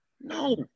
No